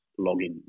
login